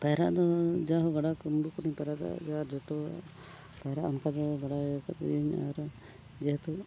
ᱯᱟᱭᱨᱟᱜ ᱫᱚ ᱡᱟᱦᱳ ᱜᱟᱰᱟ ᱢᱩᱰᱩ ᱠᱚᱨᱮᱧ ᱯᱟᱭᱨᱟ ᱫᱟᱲᱮᱭᱟᱜ ᱜᱮᱭᱟ ᱟᱨ ᱡᱚᱛᱚᱣᱟᱜ ᱯᱟᱭᱨᱟᱜ ᱚᱱᱠᱟᱜᱮ ᱵᱟᱲᱟᱭ ᱠᱟᱜ ᱜᱤᱭᱟᱹᱧ ᱟᱨ ᱡᱮᱦᱮᱛᱩ